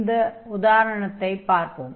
இந்த உதாரணத்தைப் பார்ப்போம்